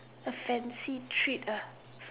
a fancy treat ah